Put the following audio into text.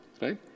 Right